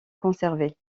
conservés